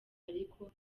ariko